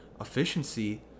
efficiency